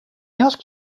asked